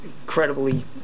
incredibly